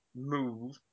move